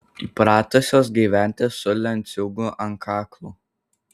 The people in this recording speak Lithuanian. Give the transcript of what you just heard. įpratusios gyventi su lenciūgu ant kaklo